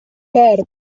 per